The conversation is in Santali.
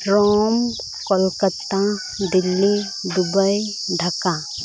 Rome Kolkata Delhi Dubai Dhaka